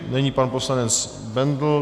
Nyní pan poslanec Bendl.